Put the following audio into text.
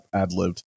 ad-lived